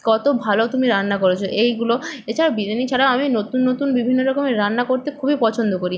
কত ভালো তুমি রান্না করেছ এইগুলো এছাড়া বিরিয়ানি ছাড়া আমি নতুন নতুন বিভিন্ন রকমের রান্না করতে খুবই পছন্দ করি